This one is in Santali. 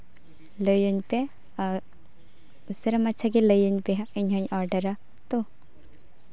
ᱞᱟᱹᱭᱟᱹᱧ ᱯᱮ ᱟᱨ ᱩᱥᱟᱹᱨᱟ ᱢᱟᱪᱷᱟᱛᱮ ᱞᱟᱹᱭᱟᱹᱧ ᱯᱮ ᱦᱟᱸᱜ ᱤᱧ ᱦᱚᱸᱧ ᱚᱰᱟᱨᱟ ᱛᱚ